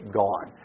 gone